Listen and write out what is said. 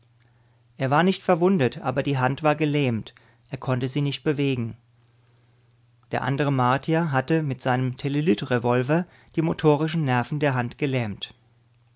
er war nicht verwundet aber die hand war gelähmt er konnte sie nicht bewegen der andere martier hatte mit seinem telelyt revolver die motorischen nerven der hand gelähmt